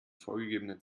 vorgegebenen